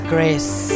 Grace